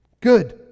Good